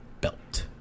Belt